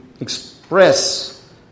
express